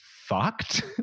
fucked